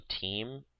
team